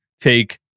take